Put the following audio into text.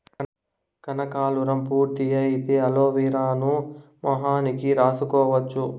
కనకాలురం పూర్తి అయితే అలోవెరాను మొహానికి రాసుకోవచ్చు